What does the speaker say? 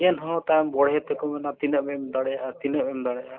ᱮᱱᱦᱚᱸ ᱛᱟᱭᱚᱢ ᱵᱚᱲᱦᱮ ᱛᱮᱠᱚ ᱢᱮᱱᱟ ᱛᱤᱱᱟᱹᱜ ᱮᱢ ᱮᱢᱫᱟᱲᱮᱭᱟᱜᱼᱟ ᱛᱤᱱᱟᱹᱜ ᱮᱢ ᱮᱢᱫᱟᱲᱮᱭᱟᱜᱼᱟ